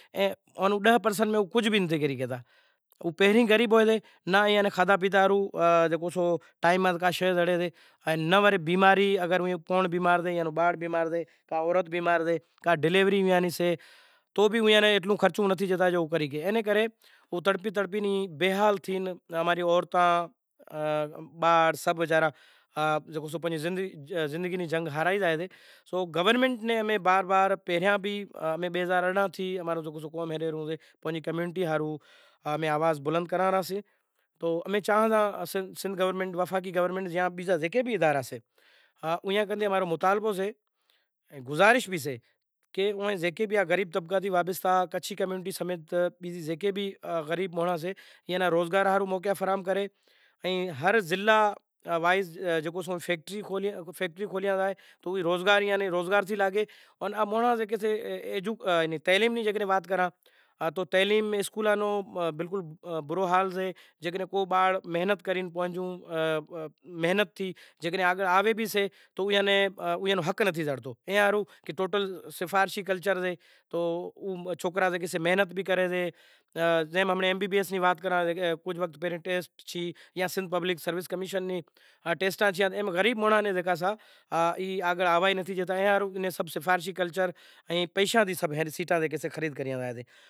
رات رو مینڑو راکھتا، رات رو مینڑو ای شئے کہ گریب مانڑو، کو آٹھ دیگاں، کو داہ دیکاں پورے نیں پڑے شگتا۔ امیں کوشش ای کری کہ تھوڑے ٹیم ری تبدیلی کری شے کہ ڈانہن رو ٹانڑو راکھیو شے زیکو بھی سئے ودہیک ناں تو بھی پانس نیانڑیں زماڑے پسے ایئاں رے نام رو زیکو بھی گیتا پاٹھ کرائے اینا نام ری دعا مانگے تو پرماتما اینا سٹھے گھرے اوتار لائے اینا نمونے تھی ہمیں جیکو بھی سئے ای اتارے خاص کرے امیں کرے رہیا سے جیکو بھی امارے وڈیارے قوم رو سئے کوشش اما ری ای لاگل پڑی سئے کہ اماں میں جیکو بھی سئے ریت رسم سئے جیکو بھی سئے ای تو ای نائیں کی ام میں ساگی کرسے پر شادی مرادی ایئاں مہینڑاں خاش کرے تھوڑی اماری تبدیلی آوی شے۔ تبدیلی لایا تی شوں کی امارا کجھ ناں کجھ بیزو ناں تو خرچ پانڑی جیکو بھی سئے کجھ ناں کجھ تو بچاوتا سیں۔ ای پیسو بچائے امیں اماں را سوکراں ناں تعلیم ڈیاوڑشاں۔ تعلیم آلا تی پسے خبر پڑسے کہ یار واقعے تعلیم ہیک شعور ہوشے ای وجہ تی ہماری وڈیار قوم مہیں ای ہماری کوشش لاگل پڑی شئہ کہ ہمیں اگر لائوں۔